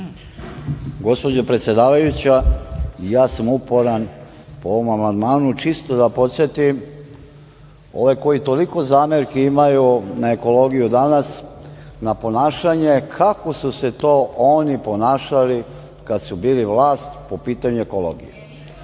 Gospođo predsedavajuća, ja sam uporan, po ovom amandmanu, čisto da podsetim ove koji toliko zamerki imaju na ekologiju danas na ponašanje, kako su se to oni ponašali kada su bili vlast po pitanju ekologije. Pa